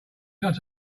not